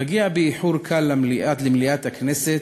מגיע באיחור קל למליאת הכנסת,